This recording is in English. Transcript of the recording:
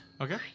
Okay